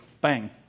Bang